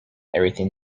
everything